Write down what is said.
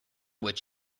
which